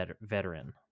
veteran